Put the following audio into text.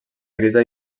grisa